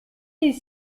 des